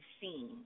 seen